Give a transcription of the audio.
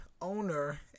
owner